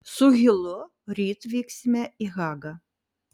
su hilu ryt vyksime į hagą